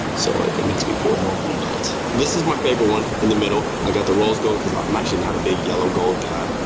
so it makes me feel more an adult. this is my favorite one in the middle. i got the rose gold cause i'm actually not a big yellow gold guy.